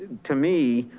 to me,